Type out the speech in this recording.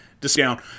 discount